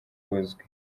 buzwi